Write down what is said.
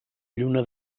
lluna